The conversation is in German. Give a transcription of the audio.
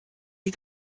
die